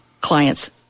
clients